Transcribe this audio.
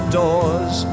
doors